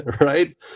right